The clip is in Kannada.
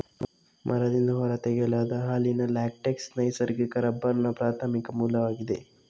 ಮರದಿಂದ ಹೊರ ತೆಗೆಯಲಾದ ಹಾಲಿನ ಲ್ಯಾಟೆಕ್ಸ್ ನೈಸರ್ಗಿಕ ರಬ್ಬರ್ನ ಪ್ರಾಥಮಿಕ ಮೂಲವಾಗಿದೆ